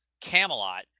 Camelot